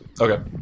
Okay